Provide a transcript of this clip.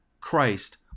Christ